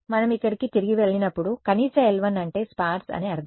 మనం ఇక్కడికి తిరిగి వెళ్ళినప్పుడు కనీస l 1 అంటే స్పేర్స్ అని అర్థం